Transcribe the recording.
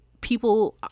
people